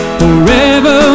forever